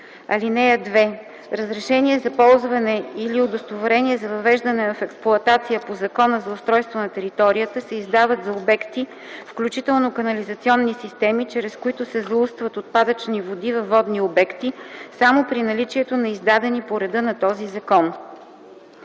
ал. 3: „(2) Разрешение за ползване или удостоверение за въвеждане в експлоатация по Закона за устройство на територията се издават за обекти, включително канализационни системи, чрез които се заустват отпадъчни води във водни обекти, само при наличието на издадени по реда на този закон: